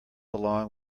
along